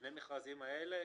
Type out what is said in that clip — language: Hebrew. שני המכרזים האלה.